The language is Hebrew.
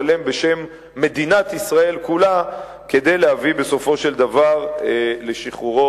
בשם מדינת ישראל כולה כדי להביא בסופו של דבר לשחרורו